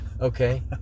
okay